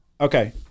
Okay